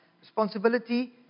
Responsibility